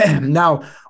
Now